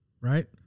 Right